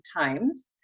Times